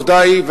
עובדה היא,